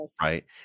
right